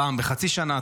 פעם בחצי שנה,